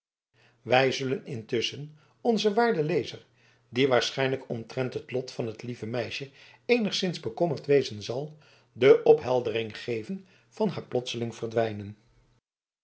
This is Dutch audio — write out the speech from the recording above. wij zullen intusschen onzen waarden lezer die waarschijnlijk omtrent het lot van het lieve meisje eenigszins bekommerd wezen zal de opheldering geven van haar plotsling verdwijnen